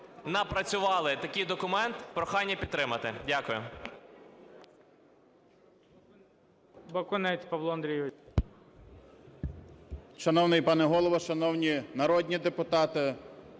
напрацювали такий документ. Прохання підтримати. Дякую.